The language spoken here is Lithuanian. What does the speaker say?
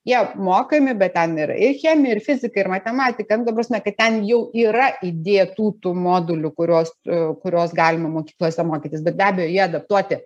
jie mokami bet ten yra ir chemija ir fizika ir matematika nu ta prasme kad ten jau yra įdėtų tų modulių kuriuos kurios galima mokyklose mokytis bet be abejo jie adaptuoti